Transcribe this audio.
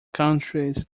countries